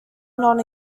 non